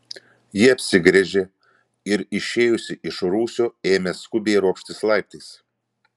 ji apsigręžė ir išėjusi iš rūsio ėmė skubiai ropštis laiptais